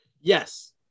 Yes